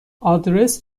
آدرس